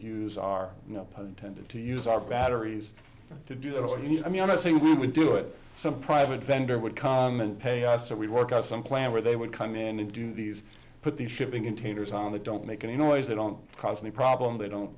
use our no pun intended to use our batteries to do that or you know i mean honestly we would do it some private vendor would pay us or we work out some plan where they would come in and do these put these shipping containers on they don't make any noise they don't cause any problem they don't